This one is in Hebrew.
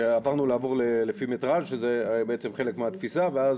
שעברנו לעבור לפי מטראז' שזה היה חלק מהתפיסה וזה